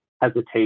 hesitation